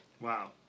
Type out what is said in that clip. wow